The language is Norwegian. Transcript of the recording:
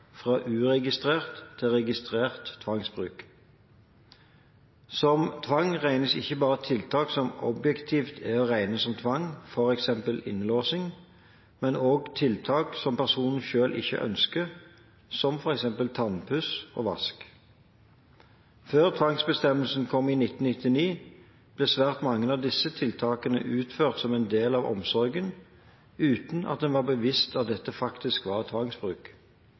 fra uregistrert til registrert tvangsbruk. Som tvang regnes ikke bare tiltak som objektivt er å regne som tvang, f.eks. innlåsing, men også tiltak som personen selv ikke ønsker, som f.eks. tannpuss og vask. Før tvangsbestemmelsene kom i 1999, ble svært mange av disse tiltakene utført som en del av omsorgen, uten at en var bevisst at dette faktisk var tvangsbruk.